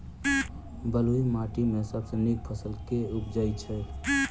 बलुई माटि मे सबसँ नीक फसल केँ उबजई छै?